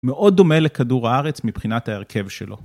מאוד דומה לכדור הארץ מבחינת ההרכב שלו.